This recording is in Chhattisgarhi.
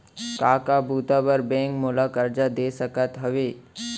का का बुता बर बैंक मोला करजा दे सकत हवे?